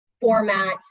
format